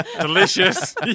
Delicious